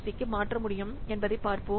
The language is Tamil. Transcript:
சிக்கு மாற்ற முடியும் என்பதைப் பார்ப்போம்